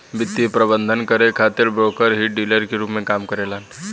वित्तीय प्रबंधन करे खातिर ब्रोकर ही डीलर के रूप में काम करेलन